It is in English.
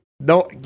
no